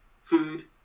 food